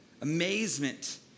amazement